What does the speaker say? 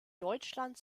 deutschland